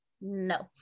No